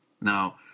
Now